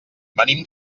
venim